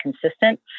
consistent